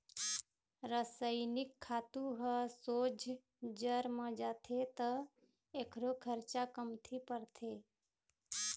रसइनिक खातू ह सोझ जर म जाथे त एखरो खरचा कमती परथे